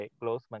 close